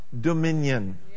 dominion